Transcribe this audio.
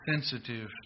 sensitive